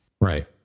Right